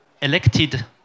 Elected